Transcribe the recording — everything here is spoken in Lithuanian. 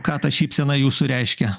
ką ta šypsena jūsų reiškia